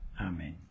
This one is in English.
amen